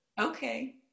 okay